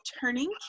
turning